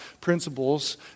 principles